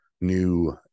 new